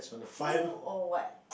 who or what